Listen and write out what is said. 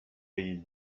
vell